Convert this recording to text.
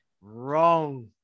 Wrong